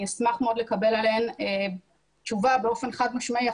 אשמח מאוד לקבל עליהן תשובה באופן חד משמעי.